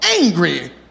angry